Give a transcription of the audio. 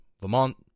Vermont